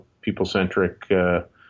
people-centric